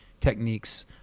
techniques